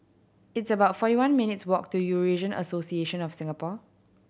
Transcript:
it's about forty one minutes' walk to Eurasian Association of Singapore